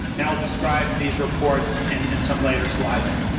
and i'll describe these reports in some later slides.